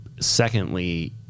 Secondly